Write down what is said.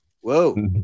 Whoa